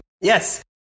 Yes